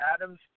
Adams